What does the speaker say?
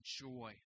joy